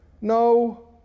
no